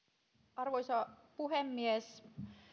arvoisa puhemies